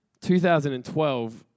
2012